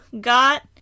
got